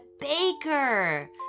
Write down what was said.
baker